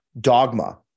dogma